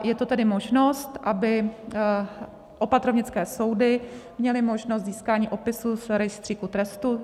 Je to tedy možnost, aby opatrovnické soudy měly možnost získání opisu z Rejstříku trestů.